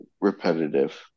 repetitive